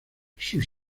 sus